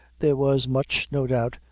there was much, no doubt,